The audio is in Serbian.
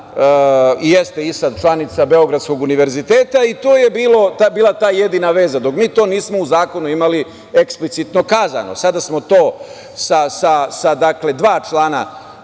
i jeste i sada članica Beogradskog univerziteta, i to je bila ta jedina veza, dok mi to nismo u Zakonu imali eksplicitno kazano. Sada smo to sa dva člana